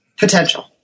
potential